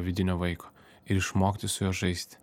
vidinio vaiko ir išmokti su juo žaisti